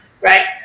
Right